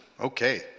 okay